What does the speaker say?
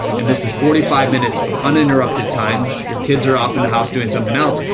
and this is forty five minutes of uninterrupted time, your kids are off and the house doing something else.